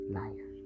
life